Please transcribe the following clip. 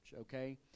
Okay